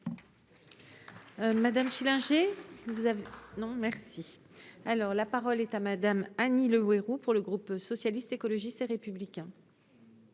Madame Schillinger vous avez non merci. Alors la parole est à madame Annie Le Houerou pour le groupe socialiste, écologiste et républicain.